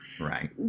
right